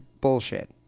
bullshit